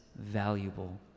valuable